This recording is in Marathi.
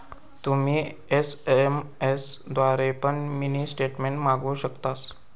तुम्ही एस.एम.एस द्वारे पण मिनी स्टेटमेंट मागवु शकतास